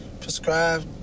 prescribed